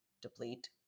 deplete